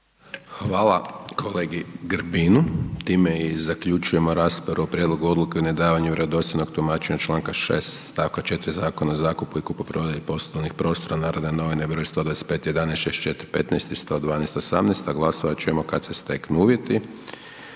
Hvala kolegi Grbinu. Time i zaključujemo raspravu o Prijedlogu odluke o nedavanju vjerodostojnog tumačenja članka 6. stavka 4. Zakona o zakupu i kupoprodaji poslovnih prostora NN br. 125/11 64/15 i 112/18 a glasovati ćemo kada se steknu uvjeti.